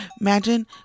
imagine